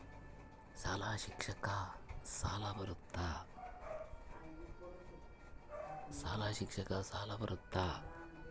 ಶಾಲಾ ಶಿಕ್ಷಣಕ್ಕ ಸಾಲ ಬರುತ್ತಾ?